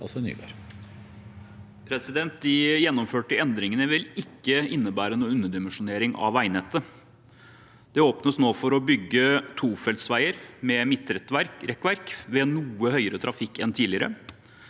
De gjennom- førte endringene vil ikke innebære noen underdimensjonering av veinettet. Det åpnes nå for å bygge tofeltsveier med midtrekkverk ved noe høyere trafikk enn tidligere,